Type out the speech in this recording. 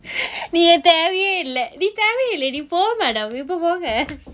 நீ தேவையே இல்ல நீ தேவையே இல்ல நீ போ :nee theavayae illa nee theavayae illa nee po madam இப்போ போங்க :ipo ponga